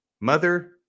Mother